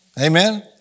Amen